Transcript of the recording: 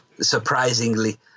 surprisingly